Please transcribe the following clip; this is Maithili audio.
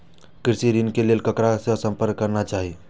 कृषि ऋण के लेल ककरा से संपर्क करना चाही?